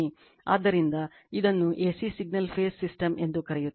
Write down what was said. ಆದ್ದರಿಂದ ಇದನ್ನು AC signal phase system ಎಂದು ಕರೆಯುತ್ತಾರೆ